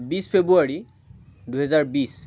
বিশ ফেব্ৰুৱাৰী দুহেজাৰ বিশ